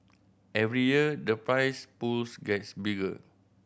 every year the prize pools gets bigger